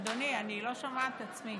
אדוני, אני לא שומעת את עצמי.